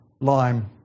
lime